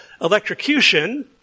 Electrocution